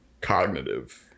cognitive